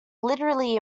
literally